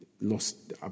lost